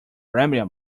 rambling